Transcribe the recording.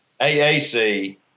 AAC